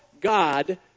God